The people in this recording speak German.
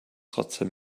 trotzdem